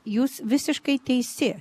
jūs visiškai teisi